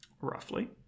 Roughly